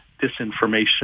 disinformation